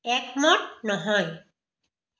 একমত নহয়